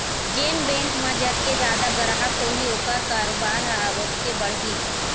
जेन बेंक म जतके जादा गराहक होही ओखर कारोबार ह ओतके बढ़ही